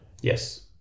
Yes